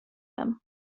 them